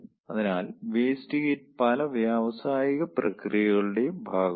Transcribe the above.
അതിനാൽ waste heat പല വ്യാവസായിക പ്രക്രിയകളുടെയും ഭാഗമാണ്